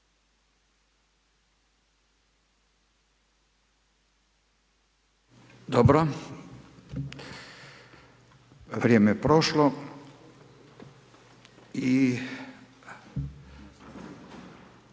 Dobro, vrijeme prošlo.